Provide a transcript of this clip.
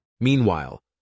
Meanwhile